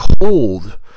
cold